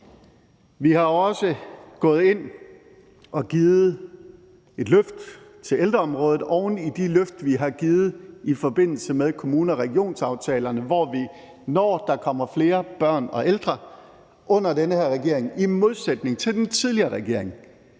Vi er også gået ind og har givet et løft til ældreområdet oven i de løft, vi har givet i forbindelse med kommune- og regionsaftalerne, hvor vi, når der kommer flere børn og ældre, under den her regering i modsætning til den tidligere regering